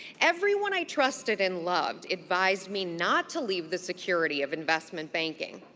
everyone i trusted and loved advised me not to leave the security of investment banking.